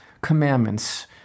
commandments